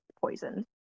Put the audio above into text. poisoned